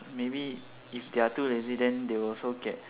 maybe if they are too lazy then they will also get